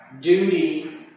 duty